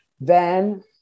then-